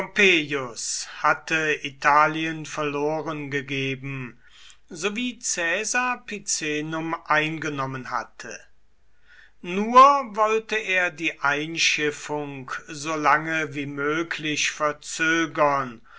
hatte italien verloren gegeben sowie caesar picenum eingenommen hatte nur wollte er die einschiffung so lange wie möglich verzögern